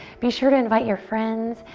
be sure to invite your friends,